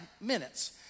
minutes